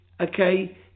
okay